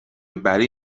بری